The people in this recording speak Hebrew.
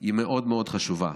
היא מאוד מאוד חשובה.